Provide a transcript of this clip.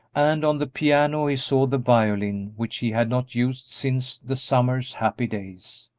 and on the piano he saw the violin which he had not used since the summer's happy days.